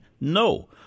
No